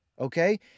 Okay